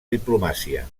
diplomàcia